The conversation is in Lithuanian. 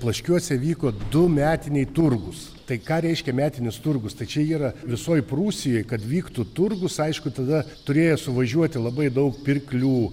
plaškiuose vyko du metiniai turgūs tai ką reiškia metinis turgus tai čia yra visoj prūsijoj kad vyktų turgus aišku tada turėjo suvažiuoti labai daug pirklių